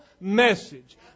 message